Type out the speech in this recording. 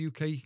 uk